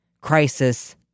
crisis